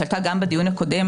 והיא עלתה גם בדיון הקודם,